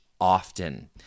often